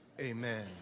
Amen